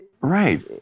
Right